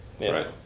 right